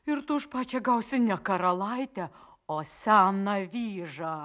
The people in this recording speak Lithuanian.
ir už pačią gausi ne karalaitę o seną vyžą